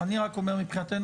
אני רק אומר מבחינתנו.